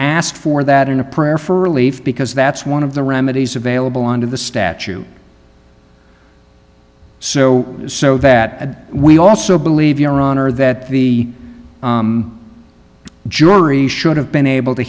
asked for that in a prayer for relief because that's one of the remedies available on to the statue so so that we also believe your honor that the jury should have been able to